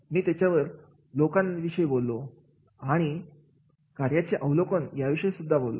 मी तिच्यावर लोकांना विषयी बोललो आणि कार्याचे अवलोकन विषय सुद्धा बोललो